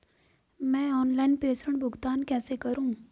मैं ऑनलाइन प्रेषण भुगतान कैसे करूँ?